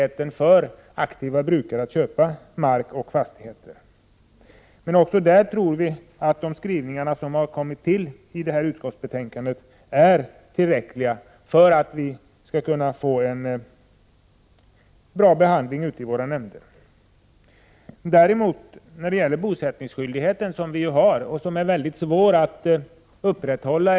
1988/89:25 «brukare att köpa mark och fastigheter. Men också här tror vi att utskottets 16 november 1988 skrivning är tillräcklig för att man i våra nämnder skall kunna ge ärendena en bra behandling. Däremot är den bosättningsskyldighet som lagen föreskriver väldigt svår att kontrollera.